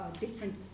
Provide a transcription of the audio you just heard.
different